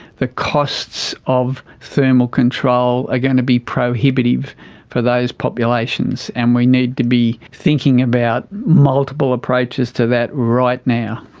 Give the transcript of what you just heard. the costs of thermal control are going to be prohibitive for those populations, and we need to be thinking about multiple approaches to that right now.